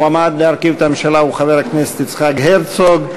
המועמד להרכיב את הממשלה הוא חבר הכנסת יצחק הרצוג.